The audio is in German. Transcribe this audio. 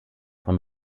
von